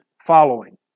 following